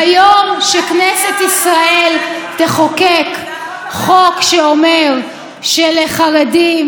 ביום שכנסת ישראל תחוקק חוק שאומר שלחרדים